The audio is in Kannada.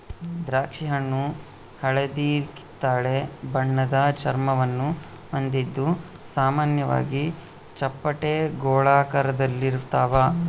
ದ್ರಾಕ್ಷಿಹಣ್ಣು ಹಳದಿಕಿತ್ತಳೆ ಬಣ್ಣದ ಚರ್ಮವನ್ನು ಹೊಂದಿದ್ದು ಸಾಮಾನ್ಯವಾಗಿ ಚಪ್ಪಟೆ ಗೋಳಾಕಾರದಲ್ಲಿರ್ತಾವ